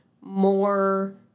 more